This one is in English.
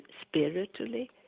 spiritually